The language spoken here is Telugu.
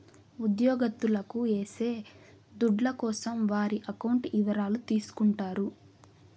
ఉద్యోగత్తులకు ఏసే దుడ్ల కోసం వారి అకౌంట్ ఇవరాలు తీసుకుంటారు